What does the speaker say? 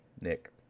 Nick